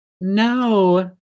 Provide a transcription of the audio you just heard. No